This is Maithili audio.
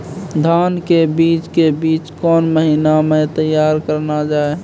धान के बीज के बीच कौन महीना मैं तैयार करना जाए?